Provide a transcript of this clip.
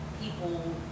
people